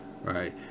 Right